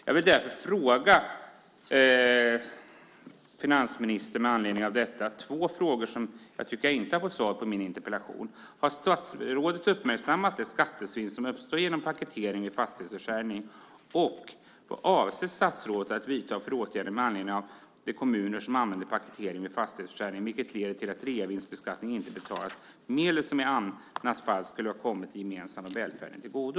Jag vill med anledning av detta ställa två frågor till finansministern som jag tycker att jag inte har fått svar på: Har statsrådet uppmärksammat det skattesvinn som uppstår genom paketering vid fastighetsförsäljning? Vad avser statsrådet att vidta för åtgärder med anledning av de kommuner som använder paketering vid fastighetsförsäljning, vilket leder till att reavinstskatt inte betalas, medel som i annat fall skulle ha kommit den gemensamma välfärden till godo?